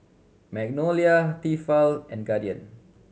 Magnolia Tefal and Guardian